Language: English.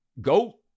go